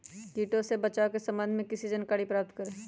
किटो से बचाव के सम्वन्ध में किसी जानकारी प्राप्त करें?